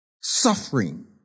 Suffering